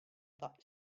that